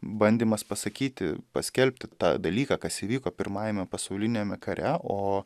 bandymas pasakyti paskelbti tą dalyką kas įvyko pirmajame pasauliniame kare o